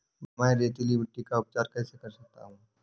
मैं रेतीली मिट्टी का उपचार कैसे कर सकता हूँ?